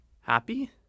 Happy